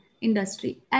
industry